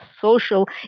social